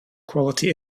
quality